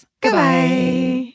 Goodbye